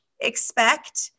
expect